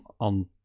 on